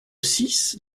six